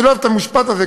אני לא אוהב את המשפט הזה,